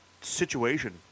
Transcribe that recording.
situation